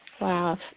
Wow